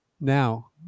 now